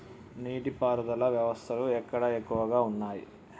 నీటి పారుదల వ్యవస్థలు ఎక్కడ ఎక్కువగా ఉన్నాయి?